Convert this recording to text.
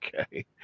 Okay